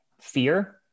fear